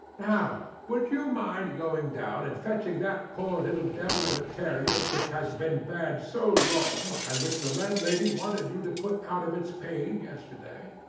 now would you mind going down and fetching that poor little devil of a terrier which has been bad so long, and which the landlady wanted you to put out of its pain yesterday.